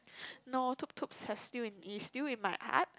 no Tuptup have still it's still in my heart